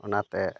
ᱚᱱᱟᱛᱮ